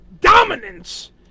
dominance